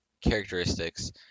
characteristics